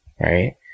right